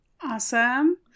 Awesome